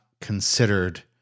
considered